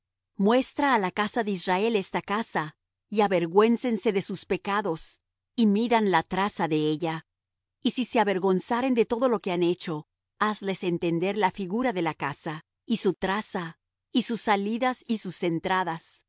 muestra á la casa de israel esta casa y avergüéncense de sus pecados y midan la traza de ella y si se avergonzaren de todo lo que han hecho hazles entender la figura de la casa y su traza y sus salidas y sus entradas